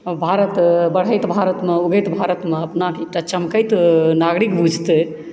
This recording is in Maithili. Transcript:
भारत बढैत भारत मे उभरैत भारत मे अपना के एकटा चमकैत नागरिक बुझितै